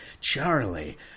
Charlie